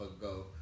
go